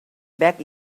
back